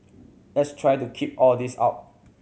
let's try the keep all this out